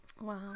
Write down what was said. Wow